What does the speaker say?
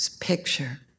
picture